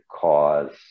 cause